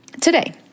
today